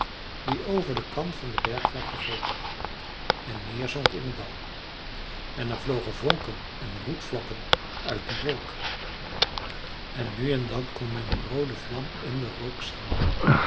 die over den kant van de bergvlakte golfde en neerzonk in het dal en er vlogen vonken en roetvlokken uit die wolk en nu en dan kon men een roode vlam in den rook zien